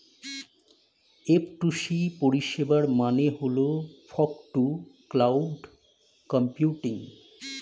F two C পরিষেবার মানে হল ফগ টু ক্লাউড কম্পিউটিং